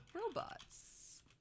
robots